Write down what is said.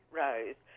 rose